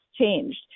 changed